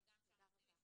אבל גם שם נוסעים